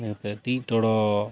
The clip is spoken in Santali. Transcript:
ᱴᱤᱜ ᱴᱚᱲᱚᱜ